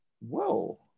Whoa